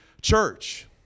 church